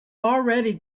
already